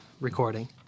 recording